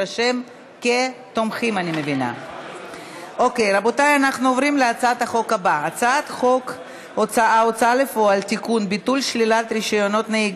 אני קובעת כי הצעת חוק לתיקון פקודת העיריות (שידור ישיבות מועצה),